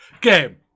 game